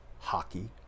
hockey